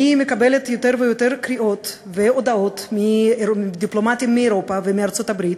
אני מקבלת יותר ויותר קריאות והודעות מדיפלומטים מאירופה ומארצות-הברית